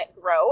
grow